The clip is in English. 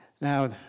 Now